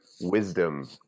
wisdom